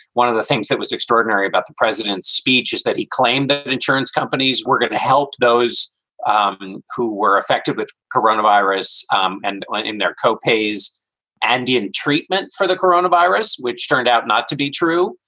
one of the things that was extraordinary about the president's speech is that he claimed that the insurance companies were going to help those and who were affected with coronavirus um and in their co-pays and didn't treatment for the corona virus, which turned out not to be true.